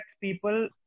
people